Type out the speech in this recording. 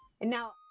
Now